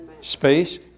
space